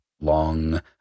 long